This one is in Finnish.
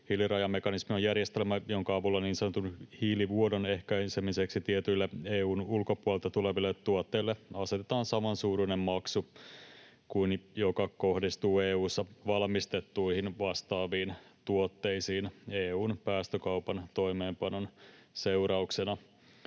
Hiilirajamekanismi on järjestelmä, jonka avulla niin sanotun hiilivuodon ehkäisemiseksi tietyille EU:n ulkopuolelta tuleville tuotteille asetetaan samansuuruinen maksu, joka kohdistuu EU:ssa valmistettuihin vastaaviin tuotteisiin EU:n päästökaupan toimeenpanon seurauksena.